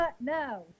No